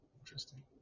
Interesting